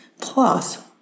plus